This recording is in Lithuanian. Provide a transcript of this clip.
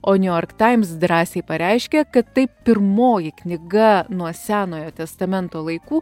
o niujork taims drąsiai pareiškė kad tai pirmoji knyga nuo senojo testamento laikų